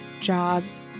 jobs